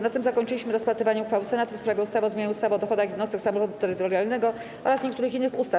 Na tym zakończyliśmy rozpatrywanie uchwały Senatu w sprawie ustawy o zmianie ustawy o dochodach jednostek samorządu terytorialnego oraz niektórych innych ustaw.